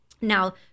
Now